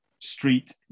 Street